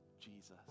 Jesus